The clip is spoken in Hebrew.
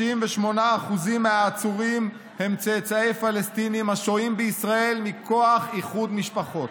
38% מהעצורים הם צאצאי פלסטינים השוהים בישראל מכוח איחוד משפחות.